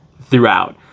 throughout